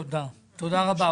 תודה רבה.